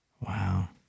Wow